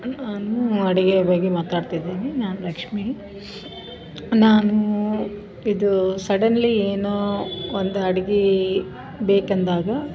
ನಾನು ಅಡಿಗೆ ಬಗ್ಗೆ ಮಾತಾಡ್ತಿದ್ದೇನೆ ನಾನು ಲಕ್ಷ್ಮೀ ನಾನು ಇದು ಸಡನ್ಲಿ ಏನೋ ಒಂದು ಅಡಿಗೆ ಬೇಕೆಂದಾಗ